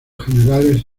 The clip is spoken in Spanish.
generales